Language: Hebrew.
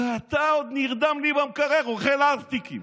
ואתה עוד נרדם לי במקרר, אוכל ארטיקים.